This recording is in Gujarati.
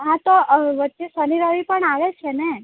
હાં તો વચ્ચે શનિ રવિ પણ આવે છે ને